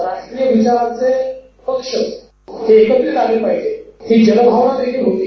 राष्ट्रीय विचारांचे पक्ष हे एकत्रित आले पाहिजेत ही जनभावना देखिल होती